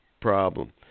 problem